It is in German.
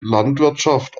landwirtschaft